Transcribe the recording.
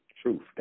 truth